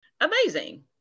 Amazing